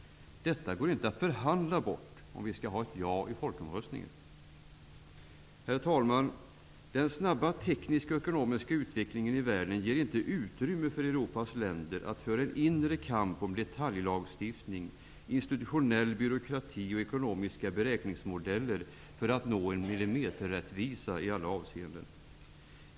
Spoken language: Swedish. Detta går inte att förhandla bort om vi skall nå ett ja i folkomröstningen. Herr talman! Den snabba tekniska och ekonomiska utvecklingen i världen ger inte utrymme för Europas länder att föra en inre kamp om detaljlagstiftning, institutionell byråkrati och ekonomiska beräkningsmodeller för att nå millimeterrättvisa i alla avseenden.